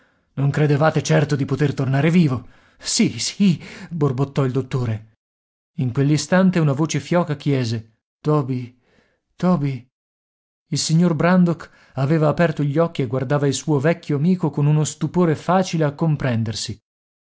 non credevate certo di poter tornare vivo sì sì borbottò il dottore in quell'istante una voce fioca chiese toby toby il signor brandok aveva aperto gli occhi e guardava il suo vecchio amico con uno stupore facile a comprendersi